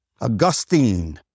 Augustine